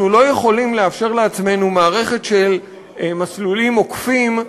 אנחנו לא יכולים לאפשר לעצמנו מערכת של מסלולים עוקפים,